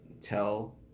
tell